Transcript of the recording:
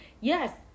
Yes